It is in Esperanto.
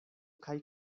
kaj